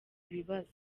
ibibazo